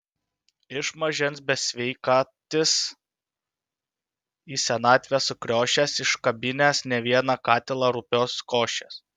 iš mažens besveikatis į senatvę sukriošęs iškabinęs ne vieną katilą rupios košės